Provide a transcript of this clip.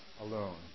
alone